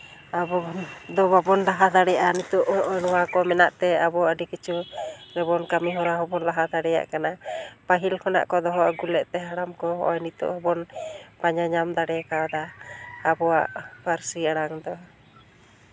ᱟᱵᱚ ᱫᱚ ᱵᱟᱵᱚᱱ ᱞᱟᱦᱟ ᱫᱟᱲᱮᱭᱟᱜᱼᱟ ᱱᱤᱛᱳᱜ ᱱᱚᱜᱼᱚᱭ ᱱᱚᱣᱟ ᱠᱚ ᱢᱮᱱᱟᱜ ᱛᱮ ᱟᱵᱚ ᱟᱹᱰᱤ ᱠᱤᱪᱷᱩ ᱜᱮᱵᱚᱱ ᱠᱟᱹᱢᱤ ᱦᱚᱨᱟ ᱦᱚᱸᱵᱚᱱ ᱞᱟᱦᱟ ᱫᱟᱲᱮᱭᱟᱜ ᱠᱟᱱᱟ ᱯᱟᱹᱦᱤᱞ ᱠᱷᱚᱱᱟᱜ ᱠᱚ ᱫᱚᱦᱚ ᱟᱹᱜᱩ ᱞᱮᱫ ᱛᱮ ᱦᱟᱲᱟᱢ ᱠᱚ ᱱᱚᱜᱼᱚᱭ ᱱᱤᱛᱳᱜ ᱦᱚᱸᱵᱚᱱ ᱯᱟᱸᱡᱟ ᱧᱟᱢ ᱫᱟᱲᱮ ᱟᱠᱟᱫᱟ ᱟᱵᱚᱣᱟᱜ ᱯᱟᱹᱨᱥᱤ ᱟᱲᱟᱝ ᱫᱚ